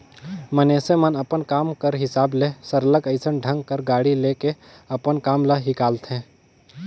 मइनसे मन अपन काम कर हिसाब ले सरलग अइसन ढंग कर गाड़ी ले के अपन काम ल हिंकालथें